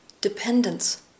dependence